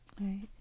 right